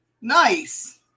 Nice